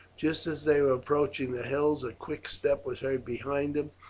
just as they were approaching the hills a quick step was heard behind them,